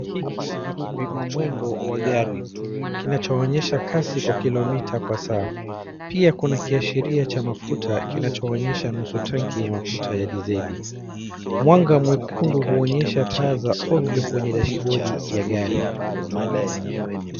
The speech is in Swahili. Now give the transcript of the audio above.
Hiki ni kipima mwendo wa gari, kinachoonyesha kasi kwa kilomita kwa saa. Pia kuna kiashiria cha mafuta kinachoonyesha nusu tangi ya mafuta ya diseli. Mwanga mwekundu uonyesha taa za ovyo kwenye dashibodi ya gari.